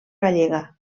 gallega